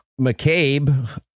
McCabe